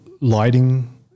lighting